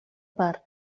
part